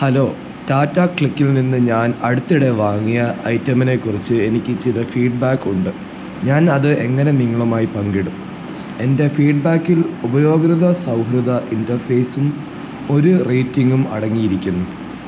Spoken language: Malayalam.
ഹലോ ടാറ്റ ക്ലിക്കിൽനിന്ന് ഞാൻ അടുത്തിടെ വാങ്ങിയ ഐറ്റമിനെക്കുറിച്ച് എനിക്ക് ചില ഫീഡ്ബാക്ക് ഉണ്ട് ഞാൻ അത് എങ്ങനെ നിങ്ങളുമായി പങ്കിടും എൻ്റെ ഫീഡ്ബാക്കിൽ ഉപയോക്തൃ സൗഹൃദ ഇൻറ്റർഫേസും ഒരു റേറ്റിംഗും അടങ്ങിയിരിക്കുന്നു